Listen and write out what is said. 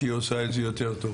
כי היא עושה את זה יותר טוב.